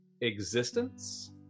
existence